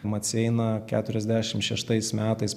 maceina keturiasdešimt šeštais metais